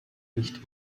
nicht